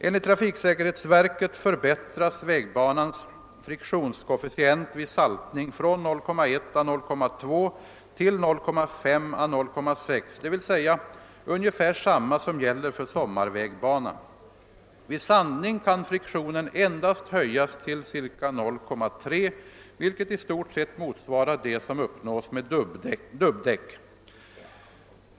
Enligt trafiksäkerhetsverket förbättras vägbanans friktionskoefficient vid saltning från 0,1 å 0,2 till 0,5 å 0,6 d.v.s. ungefär samma som gäller för sommarvägbana. Vid sandning kan friktionen endast höjas till ca 0,3 vilket i stort sett motsvarar det som uppnås med dubbdäck.